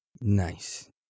Nice